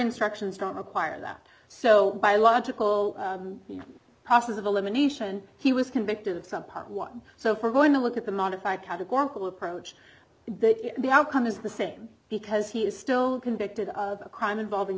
instructions don't require that so biological process of elimination he was convicted of some part one so for going to look at the modified categorical approach the outcome is the same because he is still convicted of a crime involving